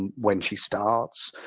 and when she starts.